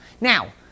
Now